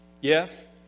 yes